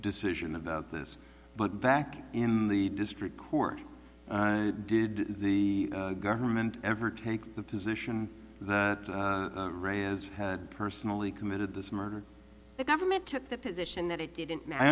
decision about this but back in the district court did the government ever take the position that ray is had personally committed this murder